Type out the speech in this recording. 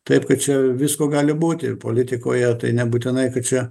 taip kaip čia visko gali būti ir politikoje tai nebūtinai čia